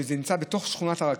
שנמצא בתוך שכונת הרכבת,